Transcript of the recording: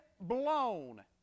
blown